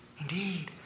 Indeed